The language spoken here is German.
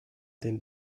den